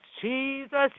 Jesus